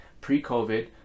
pre-COVID